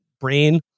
brain